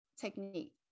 technique